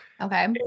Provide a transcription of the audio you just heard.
Okay